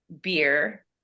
beer